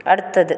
അടുത്തത്